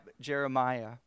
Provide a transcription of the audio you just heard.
Jeremiah